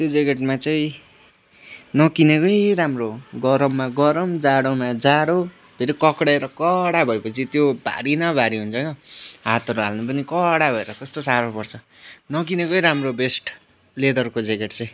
त्यो ज्याकेटमा चाहिँ नकिनेकै राम्रो हो गरममा गरम जाडोमा जाडो फेरि कक्रेर कडा भएपछि त्यो भारी न भारी हुन्छ के हातहरू हाल्नु पनि कडा भएर कस्तो साह्रो पर्छ नकिनेकै राम्रो बेस्ट लेदरको ज्याकेट चाहिँ